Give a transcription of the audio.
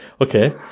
Okay